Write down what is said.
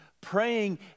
Praying